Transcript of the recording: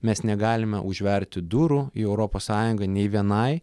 mes negalime užverti durų į europos sąjungą nei vienai